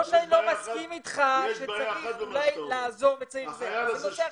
לא מסכים אתך שצריך אולי לעזוב את היחידה אבל זה נושא אחר.